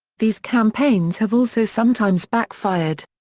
these campaigns have also sometimes backfired.